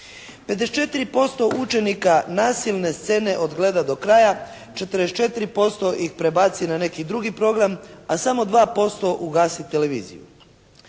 54% učenika nasilne scene odgleda do kraja, 44% ih prebaci na neki drugi program a samo 2% ugasi televiziju.